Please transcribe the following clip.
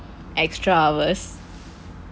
extra hours